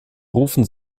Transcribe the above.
rufen